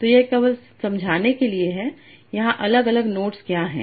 तो यह केवल समझाने के लिए है यहां अलग अलग नोड्स क्या हैं